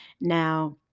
Now